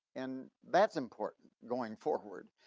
and that's important going forward.